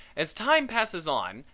as time passes on,